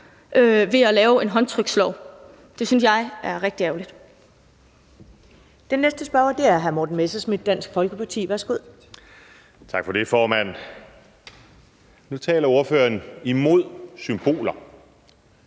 ved at lave en håndtrykslov. Det synes jeg er rigtig ærgerligt.